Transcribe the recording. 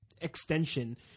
extension